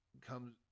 comes